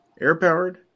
Air-powered